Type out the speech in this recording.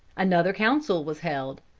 another council was held.